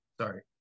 Sorry